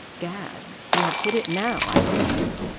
gad! we have hit it now, i believe.